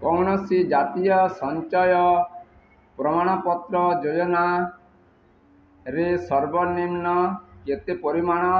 କୌଣସି ଜାତୀୟ ସଞ୍ଚୟ ପ୍ରମାଣପତ୍ର ଯୋଜନାରେ ସର୍ବନିମ୍ନ କେତେ ପରିମାଣ